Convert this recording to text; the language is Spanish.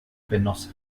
penosa